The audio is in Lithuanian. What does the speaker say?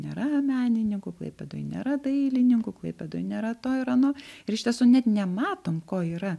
nėra menininkų klaipėdoj nėra dailininkų klaipėdoj nėra to ir ano ir iš tiesų net nematom ko yra